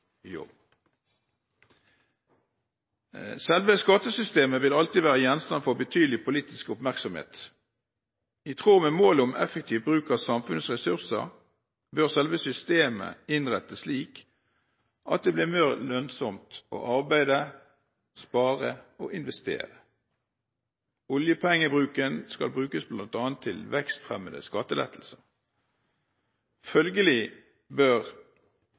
Selve skattesystemet vil alltid være gjenstand for betydelig politisk oppmerksomhet. I tråd med målet om effektiv bruk av samfunnets ressurser bør selve systemet innrettes slik at det blir mer lønnsomt å arbeide, spare og investere. Oljepengene skal brukes bl.a. til vekstfremmende skattelettelser. Følgelig bør